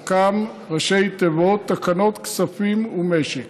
תכ"מ, ראשי תיבות של תקנות, כספים ומשק,